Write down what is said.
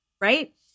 right